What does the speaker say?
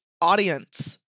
audience